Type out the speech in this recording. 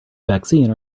vaccine